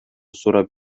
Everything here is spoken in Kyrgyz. сурап